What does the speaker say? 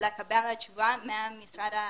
ולקבל תשובה ממשרד החינוך.